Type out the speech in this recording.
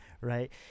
right